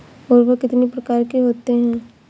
उर्वरक कितनी प्रकार के होते हैं?